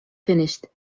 finished